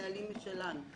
נהלים משלנו.